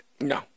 No